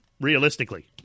realistically